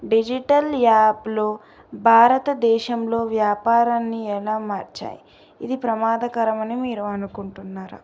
digital యాప్లు భారతదేశంలో వ్యాపారాన్ని ఎలా మార్చాయి ఇది ప్రమాదకరమని మీరు అనుకుంటున్నారా